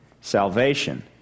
Salvation